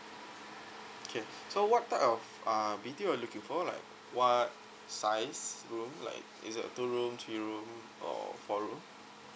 okay so what type of uh B_T_O are you looking for like what size room like is it a two room three room or four room